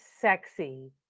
sexy